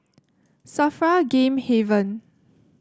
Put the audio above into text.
Safra Game Haven